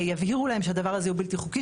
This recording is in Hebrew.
שיבהירו להם שהדבר הזה הוא בלתי חוקי.